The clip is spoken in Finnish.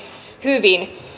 hyvin